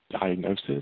diagnosis